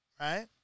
right